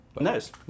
nice